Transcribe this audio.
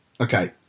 Okay